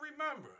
remember